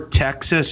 Texas